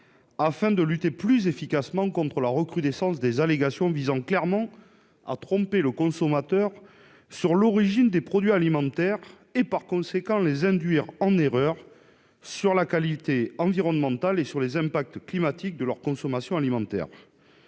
afin de lutter plus efficacement contre la recrudescence des allégations visant clairement à tromper le consommateur sur l'origine des produits alimentaires et, par conséquent, à les induire en erreur sur la qualité environnementale et les impacts climatiques de leur consommation alimentaire.